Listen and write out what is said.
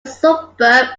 suburb